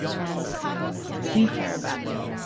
and we care about you.